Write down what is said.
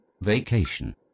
Vacation